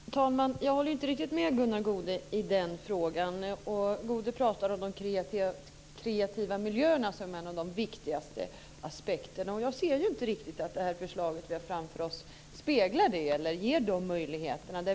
Fru talman! Jag håller inte riktigt med Gunnar Goude i den frågan. Han talar om de kreativa miljöerna som en av de viktigaste aspekterna. Jag ser inte riktigt att det förslag som vi har framför oss speglar det eller ger de möjligheterna.